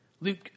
Luke